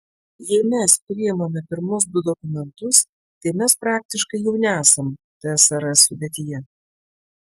jei mes priimame pirmus du dokumentus tai mes praktiškai jau nesam tsrs sudėtyje